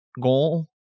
goal